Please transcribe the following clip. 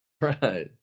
right